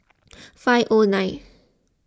five O nine